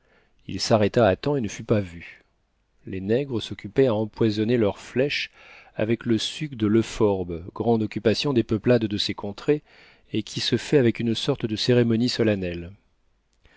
il s'arrêta à temps et ne fut pas vu les nègres s'occupaient à empoisonner leurs flèches avec le suc de l'euphorbe grande occupation des peuplades de ces contrées et qui se fait avec une sorte de cérémonie solennelle